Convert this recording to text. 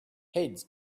heads